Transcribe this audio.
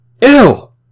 ill